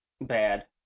bad